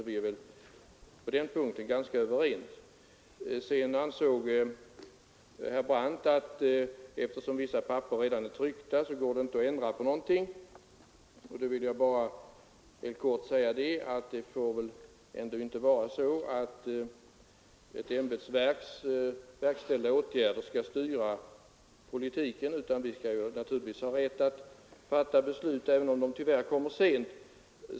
Det råder alltså ganska stor enighet på den punkten. Herr Brandt ansåg att eftersom blanketter o. d. redan är tryckta går det inte att ändra på någonting. Då vill jag bara helt kort säga att det får väl ändå inte vara så att ett ämbetsverks verkställda åtgärder skall styra politiken, utan vi skall naturligtvis ha rätt att fatta beslut även om de tyvärr kommer sent.